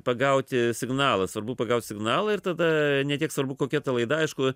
pagauti signalą svarbu pagaut signalą ir tada ne tiek svarbu kokia ta laida aišku